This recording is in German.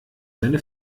seine